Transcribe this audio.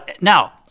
Now